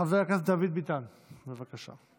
חבר הכנסת דוד ביטן, בקשה.